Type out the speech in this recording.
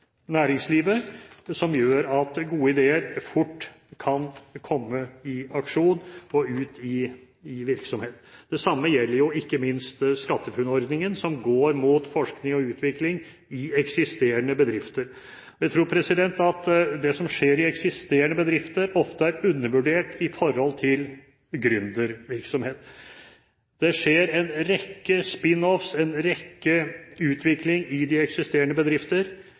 næringslivet, og som gjør at gode ideer fort kan komme i aksjon og ut i virksomhet. Det samme gjelder jo ikke minst SkatteFUNN-ordningen, som går mot forskning og utvikling i eksisterende bedrifter. Jeg tror at det som skjer i eksisterende bedrifter, ofte er undervurdert i forhold til gründervirksomhet. Det skjer mye spin-off og utvikling i de eksisterende bedrifter,